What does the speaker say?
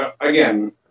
again